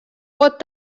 pot